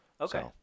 Okay